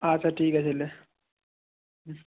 আচ্ছা ঠিক আছে নে হুম